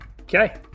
Okay